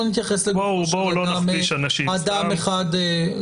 לא נתייחס לאדם אחד.